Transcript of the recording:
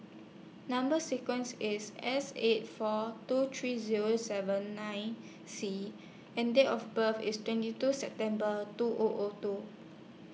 Number sequence IS S eight four two three Zero seven nine C and Date of birth IS twenty two September two O O two